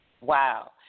Wow